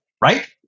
right